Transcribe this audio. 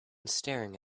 staring